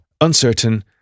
uncertain